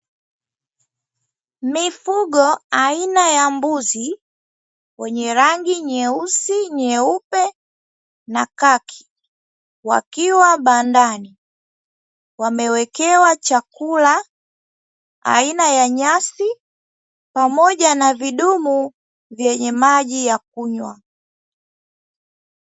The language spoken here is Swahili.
Mifugo aina ya mbuzi wenye rangi nyeusi, nyeupe na kaki, wakiwa bandani wamewekewa chakula aina ya nyasi pamoja na vidumu vyenye maji ya kunywa.